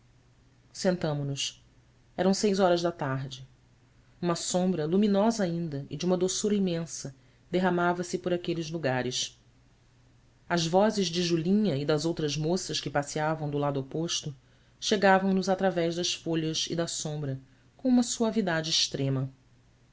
sentamo nos eram seis horas da tarde uma sombra luminosa ainda e de uma doçura imensa derramava-se por aqueles lugares as vozes de julinha e das outras moças que passeavam do lado oposto chegavam nos através das folhas e da sombra com uma suavidade extrema